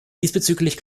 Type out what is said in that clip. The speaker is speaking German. diesbezüglich